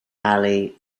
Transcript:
ali